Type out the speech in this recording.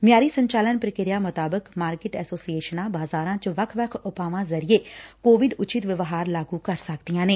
ਮਿਆਰੀ ਸੰਚਾਲਨ ਪ੍ਰਕਿਰਿਆ ਮੁਤਾਬਿਕ ਮਾਰਕਿਟ ਐਸੋਸੀਏਸ਼ਨਾਂ ਬਾਜ਼ਾਰਾਂ ਚ ਵੱਖ ਵੱਖ ਉਪਾਆਂ ਜ਼ਰੀਏ ਕੋਵਿਡ ਉਚਿਤ ਵਿਵਹਾਰ ਲਾਗੁ ਕਰ ਸਕਦੀਆਂ ਨੇ